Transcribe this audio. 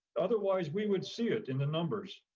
otherwise, we would see it in the numbers.